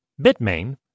Bitmain